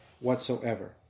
whatsoever